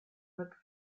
look